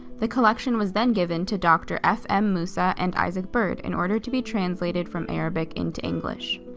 the collection was then given to dr. f. m. musa and isaac byrd in order to be translated from arabic into english.